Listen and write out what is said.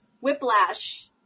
whiplash